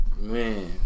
man